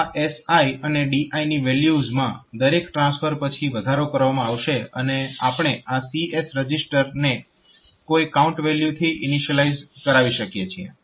તો આ SI અને DI ની વેલ્યુઝમાં દરેક ટ્રાન્સફર પછી વધારો કરવામાં આવશે અને આપણે આ CS રજીસ્ટરને કોઈ કાઉન્ટ વેલ્યુથી ઇનિશિયલાઈઝ કરાવી શકીએ છીએ